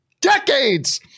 decades